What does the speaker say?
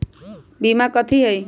बीमा कथी है?